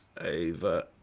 over